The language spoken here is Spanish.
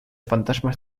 fantasmas